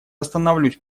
остановлюсь